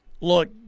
Look